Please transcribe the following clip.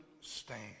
stand